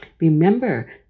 Remember